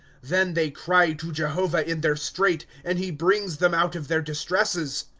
then they cry to jehovah in their strait. and he brings them out of their distresses.